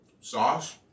sauce